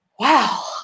Wow